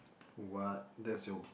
what that's your